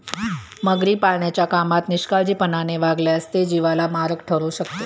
मगरी पाळण्याच्या कामात निष्काळजीपणाने वागल्यास ते जीवाला मारक ठरू शकते